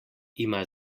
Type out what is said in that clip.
ima